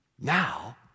now